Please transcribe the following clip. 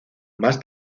más